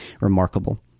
remarkable